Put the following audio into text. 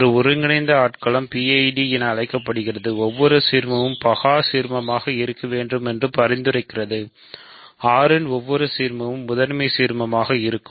ஒரு ஒருங்கிணைந்த ஆட்களம் PID என அழைக்கப்படுகிறது ஒவ்வொரு சீர்மமும் பகா சீர்மாமக இருக்க வேண்டும் என்று பரிந்துரைக்கிறது R இன் ஒவ்வொரு சீர்மமும் முதன்மை சீர்மமாக இருக்கும்